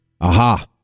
Aha